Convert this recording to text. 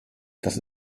das